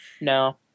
No